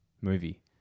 movie